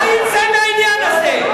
מה יצא מהעניין הזה?